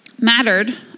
mattered